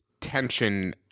tension